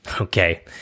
Okay